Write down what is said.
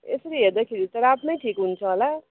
यसरी हेर्दाखेरि त रातमै ठिक हुन्छ होला